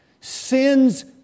Sin's